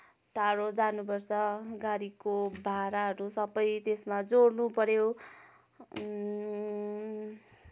टाढो जानुपर्छ गाडीको भाडाहरू सबै त्यसमा जोडनु पऱ्यो